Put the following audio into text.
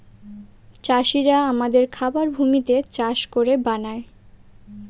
চাষিরা আমাদের খাবার ভূমিতে চাষ করে বানায়